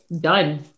done